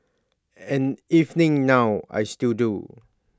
and evening now I still do